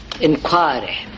inquiry